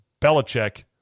Belichick